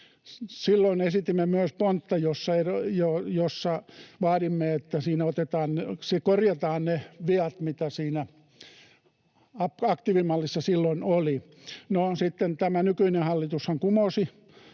Silloin esitimme myös pontta, jossa vaadimme, että siinä korjataan ne viat, mitä siinä aktiivimallissa silloin oli. No, sitten tämä